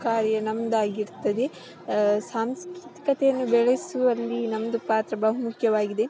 ಕಾರ್ಯ ನಮ್ಮದಾಗಿರ್ತದೆ ಸಾಂಸ್ಕೃತಿಕತೆಯನ್ನು ಬೆಳೆಸುವಲ್ಲಿ ನಮ್ಮದು ಪಾತ್ರ ಬಹುಮುಖ್ಯವಾಗಿದೆ